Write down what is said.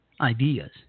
ideas